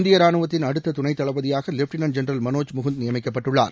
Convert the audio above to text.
இந்திய ராணுவத்தின் அடுத்த துணைத் தளபதியாக லெப்டினென்ட் ஜென்ரல் மனோஜ் முகுந்த் நியமிக்கப்பட்டுள்ளார்